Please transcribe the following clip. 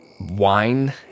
wine